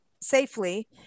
safely